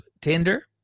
tinder